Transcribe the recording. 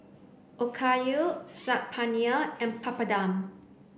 Okayu Saag Paneer and Papadum